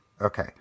Okay